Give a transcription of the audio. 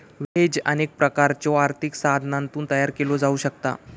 hedge अनेक प्रकारच्यो आर्थिक साधनांतून तयार केला जाऊ शकता